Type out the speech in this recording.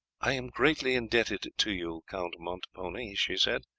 i am greatly indebted to you, count montepone, she said,